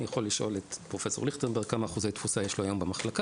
אני יכול לשאול את פרופסור ליכטנברג כמה אחוזי תפוסה יש לו היום במחלקה,